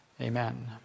Amen